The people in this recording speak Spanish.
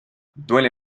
duele